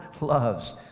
loves